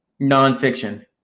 nonfiction